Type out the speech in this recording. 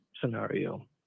scenario